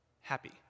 Happy